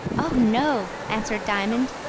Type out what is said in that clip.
oh no! answered diamond.